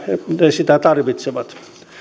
sitä tarvitsevat